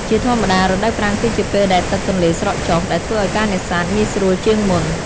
ជាធម្មតា រដូវប្រាំងគឺជាពេលដែលទឹកទន្លេស្រកចុះ ដែលធ្វើឱ្យការនេសាទងាយស្រួលជាងមុន។